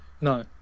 No